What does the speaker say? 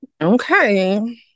Okay